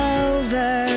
over